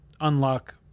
unlock